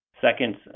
Second